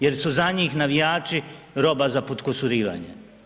Jer su za njih navijači roba za podkusurivanje.